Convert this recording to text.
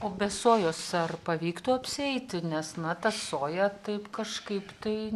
o be sojos ar pavyktų apsieiti nes na ta soja taip kažkaip tai